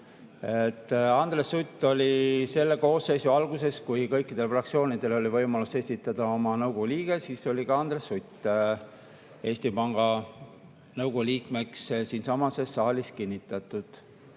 Andres Sutt sai selle koosseisu alguses, kui kõikidel fraktsioonidel oli võimalus esitada oma nõukogu liikme [kandidaat], Eesti Panga Nõukogu liikmeks siinsamas saalis kinnitatud.